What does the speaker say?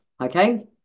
okay